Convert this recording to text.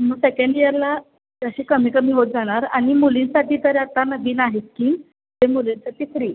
मग सेकंड ईयरला तशी कमी कमी होत जाणार आणि मुलींसाठी तर आता नवीन आहेत की ते मुलींसाठी फ्री